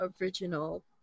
original